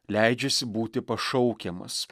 leidžiasi būti pašaukiamas